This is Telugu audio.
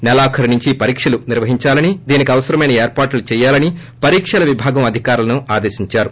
సెలాఖరు నుంచి పరీక్షలు నిర్వహించాలని దీనికి అవసరమైన ఏర్పాట్లు చేయాలని పరీక్షల విభాగం అధికారులను ఆదేశించారు